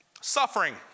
Suffering